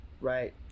Right